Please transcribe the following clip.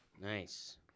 Nice